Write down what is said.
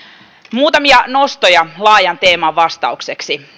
muutamia nostoja laajan teeman vastaukseksi